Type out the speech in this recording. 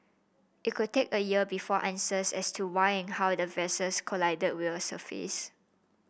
it could take a year before answers as to why and how the vessels collided will surface